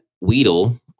Weedle